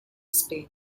spain